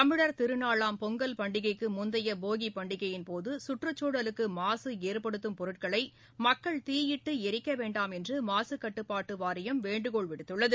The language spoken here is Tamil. தமிழர் திருநாளாம் பொங்கல் பண்டிகைக்கு முந்தைய போகி பண்டிகையின்போது சுற்றச்சூழலுக்கு மாசு ஏற்படுத்தும் பொருட்களை மக்கள் தீயிட்டு எரிக்க வேண்டாம் என்று மாசு கட்டுப்பாட்டு வாரியம் வேண்டுகோள் விடுத்துள்ளது